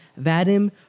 Vadim